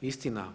Istina,